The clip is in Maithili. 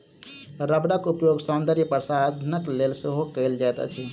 रबड़क उपयोग सौंदर्य प्रशाधनक लेल सेहो कयल जाइत अछि